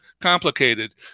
complicated